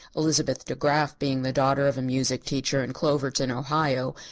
elizabeth de graf being the daughter of a music teacher, in cloverton, ohio,